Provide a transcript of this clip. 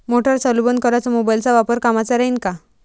Motor चालू बंद कराच मोबाईलचा वापर कामाचा राहीन का?